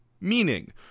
meaning